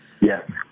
Yes